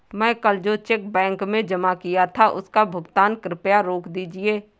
मैं कल जो चेक बैंक में जमा किया था उसका भुगतान कृपया रोक दीजिए